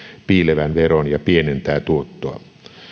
piilevän veron ja pienentää tuottoa